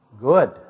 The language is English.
good